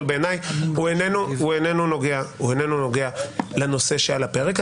אבל בעיניי הוא איננו נוגע לנושא שעל הפרק.